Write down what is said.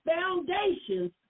foundations